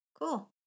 Cool